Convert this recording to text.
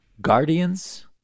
guardians